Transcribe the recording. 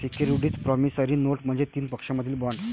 securities promissory note म्हणजे तीन पक्षांमधील बॉण्ड